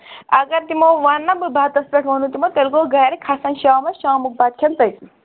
اَگر تِمو وَنہٕ نا بہٕ بَتَس پٮ۪ٹھ ووٚنوٕ تِمو تیٚلہِ گوٚو گرِ کھَسَن شامَس شامُک بَتہٕ کھٮ۪ن تَتِی